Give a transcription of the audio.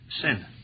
sin